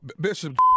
Bishop